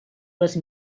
les